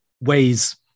ways